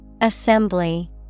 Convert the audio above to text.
Assembly